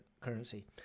currency